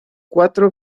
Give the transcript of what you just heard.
cuatro